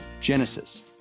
Genesis